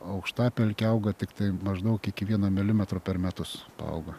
aukštapelkė auga tiktai maždaug iki vieno milimetro per metus paauga